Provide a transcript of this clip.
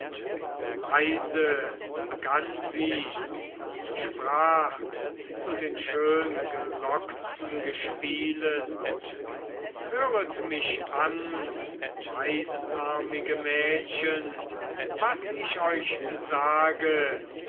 leise begann sie und sprach zu den schöngelockten gespielen höret mich an weißarmige mädchen was ich euch sage